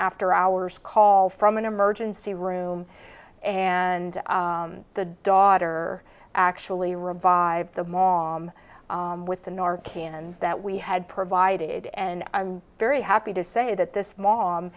after hours call from an emergency room and the daughter actually revived the mom with the north canon that we had provided and i'm very happy to say that this mom